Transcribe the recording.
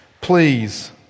Please